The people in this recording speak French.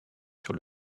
sur